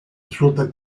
resulta